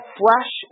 flesh